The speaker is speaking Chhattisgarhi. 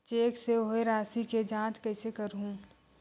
चेक से होए राशि के जांच कइसे करहु?